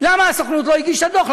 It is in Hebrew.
למה הסוכנות לא הגישה דוח?